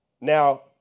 Now